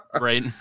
Right